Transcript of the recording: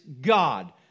God